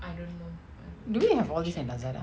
do we have all these in lazada